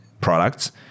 products